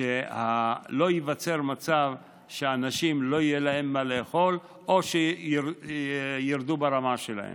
שלא ייווצר מצב שלא יהיה לאנשים מה לאכול או שירדו ברמה שלהם.